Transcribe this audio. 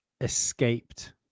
escaped